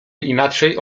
inaczej